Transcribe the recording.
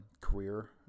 career